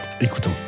Écoutons